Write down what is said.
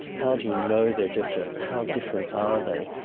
how do you know they're different, how different are they?